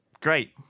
Great